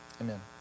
Amen